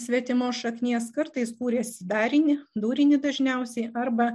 svetimos šaknies kartais kūrėsi darinį dūrinį dažniausiai arba